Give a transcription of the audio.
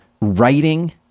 writing